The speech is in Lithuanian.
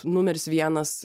numeris vienas